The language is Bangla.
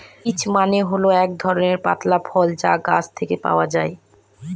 পিচ্ মানে হল এক ধরনের পাতলা ফল যা গাছ থেকে পাওয়া যায়